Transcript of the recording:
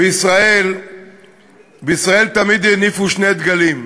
בישראל תמיד הניפו שני דגלים,